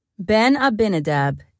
Ben-Abinadab